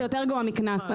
זה יותר גרוע מקנס.